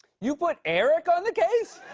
you put eric on the case?